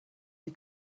die